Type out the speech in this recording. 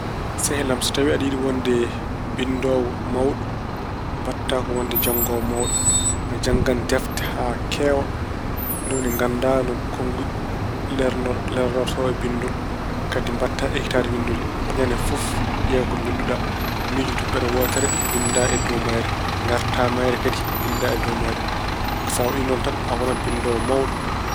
Sehil am, so tawi aɗa wonde binndoowo mawɗo, mbaɗata ko wonde janngoowo mawɗo. A janngan defte haa keewa. Ni woni gannda no konngi lelnoor- lenoorto e binndol. Kadi mbaɗta ekkitaade winndude. Ñande fof ƴeew ko binnduɗa. Miijo toɓɓere wootere mbinnda e dow mayre. Ngarta e mayre kadi mbinnda e dow mayre. Sa waɗi noon tan, a wonan binndoowo mawɗo.